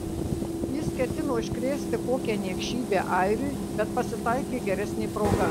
jis ketino iškrėsti kokią niekšybę airiui bet pasitaikė geresnė proga